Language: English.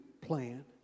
plan